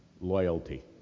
loyalty